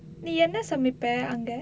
நீ என்ன சொன்ன இப்ப அங்க:nee enna sonna ippa anga